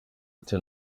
ati